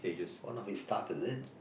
one of his staff is it